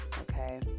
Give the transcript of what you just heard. okay